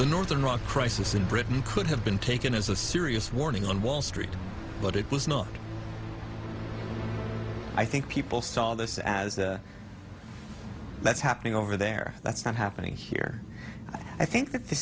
the northern rock crisis in britain could have been taken as a serious warning on wall street but it was not i think people saw this as that's happening over there that's not happening here i think that the